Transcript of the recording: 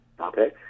okay